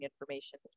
information